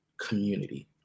community